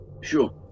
sure